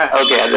okay